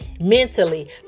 mentally